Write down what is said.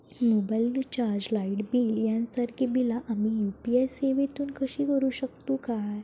Mobile recharge, light bill यांसारखी बिला आम्ही यू.पी.आय सेवेतून करू शकतू काय?